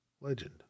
Legend